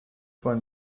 for